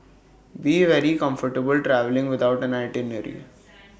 be very comfortable travelling without an itinerary